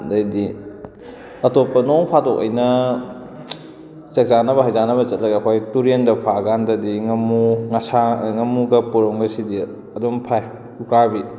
ꯑꯗꯨꯗꯩꯗꯤ ꯑꯇꯣꯞꯄ ꯅꯣꯡꯐꯥꯗꯣꯛ ꯑꯩꯅ ꯆꯥꯛꯆꯥꯅꯕ ꯍꯩꯖꯥꯅꯕ ꯆꯠꯂꯒ ꯑꯩꯈꯣꯏ ꯇꯨꯔꯦꯟꯗ ꯐꯥ ꯀꯥꯟꯗꯗꯤ ꯉꯥꯃꯨ ꯉꯥꯁꯥꯡ ꯉꯥꯃꯨꯒ ꯄꯣꯔꯣꯝꯒꯁꯤꯗꯤ ꯑꯗꯨꯝ ꯐꯥꯏ ꯎꯀꯥꯕꯤ